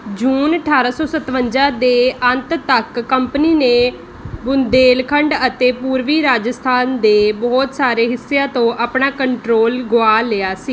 ਜੂਨ ਅਠਾਰ੍ਹਾਂ ਸੌ ਸਤਵੰਜਾ ਦੇ ਅੰਤ ਤੱਕ ਕੰਪਨੀ ਨੇ ਬੁੰਦੇਲਖੰਡ ਅਤੇ ਪੂਰਬੀ ਰਾਜਸਥਾਨ ਦੇ ਬਹੁਤ ਸਾਰੇ ਹਿੱਸਿਆਂ ਤੋਂ ਆਪਣਾ ਕੰਟਰੋਲ ਗੁਆ ਲਿਆ ਸੀ